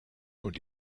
und